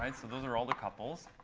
and so those are all the couples.